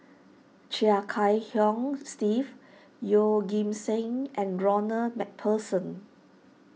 Chia Kiah Hong Steve Yeoh Ghim Seng and Ronald MacPherson